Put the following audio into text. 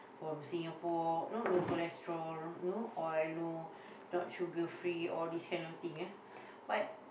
from Singapore know local restaurant no oil no not sugar free all this kind of thing ah but